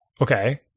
okay